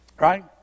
Right